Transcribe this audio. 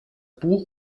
buch